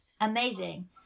Amazing